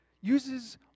uses